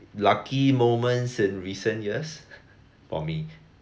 lucky moments in recent years for me